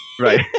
Right